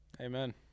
amen